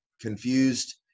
confused